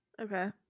Okay